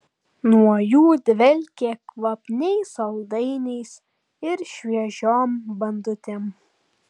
nuo jų dvelkė kvapniais saldainiais ir šviežiom bandutėm